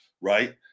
right